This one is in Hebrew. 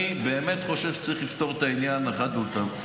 אני באמת חושב שצריך לפתור את העניין אחת ולתמיד.